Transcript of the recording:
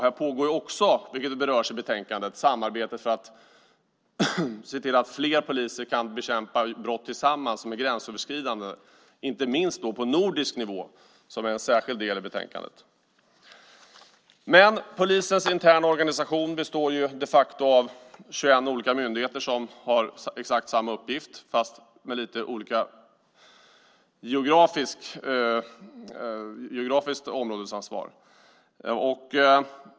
Här pågår, vilket berörs i betänkandet, samarbete för att se till att fler poliser kan bekämpa gränsöverskridande brott tillsammans, inte minst på nordisk nivå, som är en särskild del i betänkandet. Polisens interna organisation består de facto av 21 olika myndigheter som har exakt samma uppgift fast med lite olika geografiskt områdesansvar.